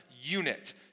unit